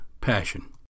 passion